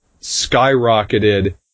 skyrocketed